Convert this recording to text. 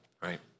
right